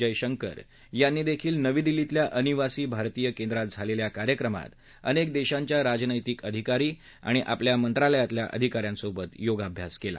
जयशंकर यांनीदेखील नवी दिल्लीतल्या अनिवासी भारतीय केंद्रात झालेल्या कार्यक्रमात अनेक देशांच्या राजनैतिक अधिकारी आणि आपल्या मंत्रालयातल्या अधिकाऱ्यांसोबत योगाभ्यास केला